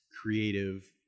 creative